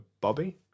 Bobby